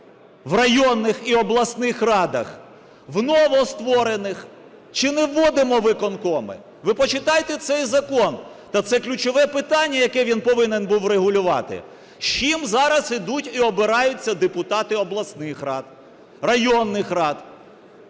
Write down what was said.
в районних і обласних радах в новостворених, чи не вводимо виконкоми? Ви почитайте цей закон. Та це ключове питання, яке він повинен був врегулювати. З чим зараз ідуть і обираються депутати обласних рад, районних рад?